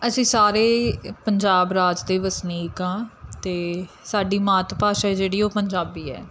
ਅਸੀਂ ਸਾਰੇ ਪੰਜਾਬ ਰਾਜ ਦੇ ਵਸਨੀਕ ਹਾਂ ਅਤੇ ਸਾਡੀ ਮਾਤ ਭਾਸ਼ਾ ਜਿਹੜੀ ਉਹ ਪੰਜਾਬੀ ਹੈ